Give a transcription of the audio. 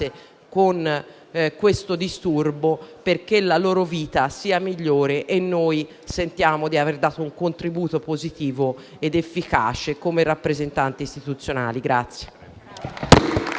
di tale disturbo, perché la loro vita sia migliore. Solo così sentiremo di aver dato un contributo positivo ed efficace come rappresentanti istituzionali.